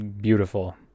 beautiful